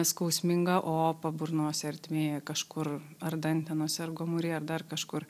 skausmingą opą burnos ertmėje kažkur ar dantenose ir gomuryje ar dar kažkur